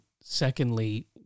secondly